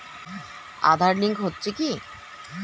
Aadhaar link হচ্ছে কি?